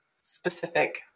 specific